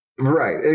Right